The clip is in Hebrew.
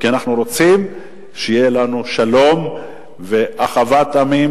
כי אנחנו רוצים שיהיה לנו שלום ואחוות עמים,